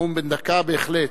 נאום בן דקה, בהחלט.